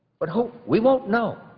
but who we won't know.